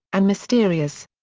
and mysterious.